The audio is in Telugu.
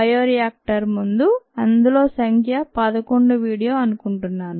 బయోరియాక్టర్ ముందు అందులో సంఖ్య 11 వీడియో అనుకుంటున్నాను